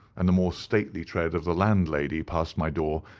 and the more stately tread of the landlady passed my door,